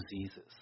diseases